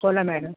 बोला मॅडम